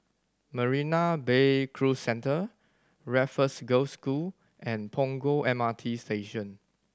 Marina Bay Cruise Centre Raffles Girls' School and Punggol M R T Station